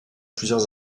plusieurs